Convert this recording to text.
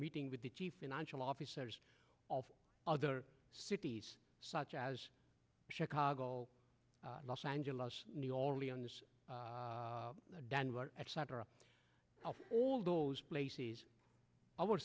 meeting with the chief financial officers of other cities such as chicago los angeles new orleans denver etc all those places our